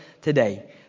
today